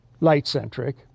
light-centric